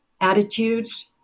attitudes